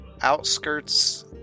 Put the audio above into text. outskirts